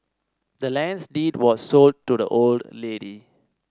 the land's deed was sold to the old lady